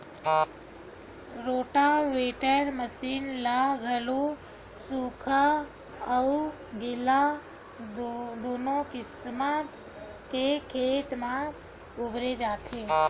rotavator machine ल घलो सुख्खा अउ गिल्ला दूनो किसम के खेत म बउरे जाथे